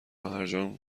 شوهرجان